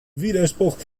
widerspruch